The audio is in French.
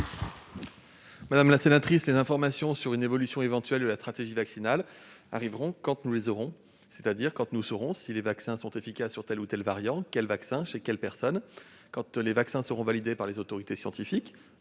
Madame la sénatrice, les informations sur une évolution éventuelle de la stratégie vaccinale arriveront quand nous les aurons, c'est-à-dire quand nous saurons si les vaccins sont efficaces sur tel ou tel variant, quel vaccin il faut pour quelle personne et quand ces éléments seront validés par les autorités scientifiques